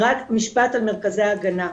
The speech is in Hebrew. רק משפט על מרכזי הגנה,